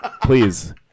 Please